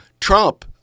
Trump